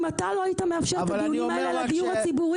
אם אתה לא היית מאפשר את הדיונים האלה על הדיור הציבורי,